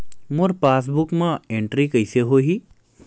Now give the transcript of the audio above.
मोर passbook मा entry कइसे होही?